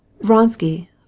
vronsky